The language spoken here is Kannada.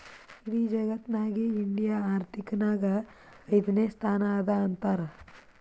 ಇಡಿ ಜಗತ್ನಾಗೆ ಇಂಡಿಯಾ ಆರ್ಥಿಕ್ ನಾಗ್ ಐಯ್ದನೇ ಸ್ಥಾನ ಅದಾ ಅಂತಾರ್